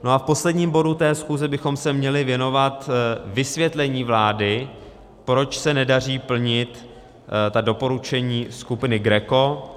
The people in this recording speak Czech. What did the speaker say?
A v posledním bodu schůze bychom se měli věnovat vysvětlení vlády, proč se nedaří plnit ta doporučení skupiny GRECO.